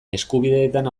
eskubideetan